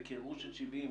בקירור של 70,